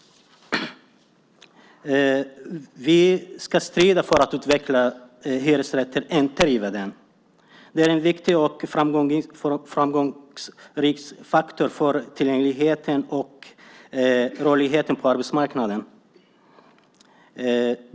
Vi ska strida för att utveckla hyresrätten, inte riva den. Den är en viktig framgångsfaktor för tillgängligheten och rörligheten på arbetsmarknaden.